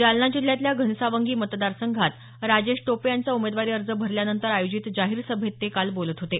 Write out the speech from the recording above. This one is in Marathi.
जालना जिल्ह्यातल्या घनसावंगी मतदार संघात राजेश टोपे यांचा उमेदवारी अर्ज भरल्यानंतर आयोजित जाहीर सभेत ते बोलत होते